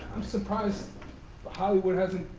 surprised hollywood hasn't